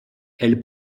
elle